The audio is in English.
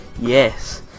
Yes